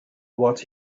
what